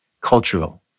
cultural